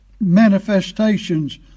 manifestations